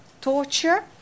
torture